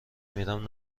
میرم